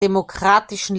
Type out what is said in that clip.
demokratischen